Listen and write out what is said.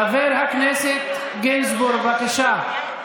חבר הכנסת גינזבורג, בבקשה.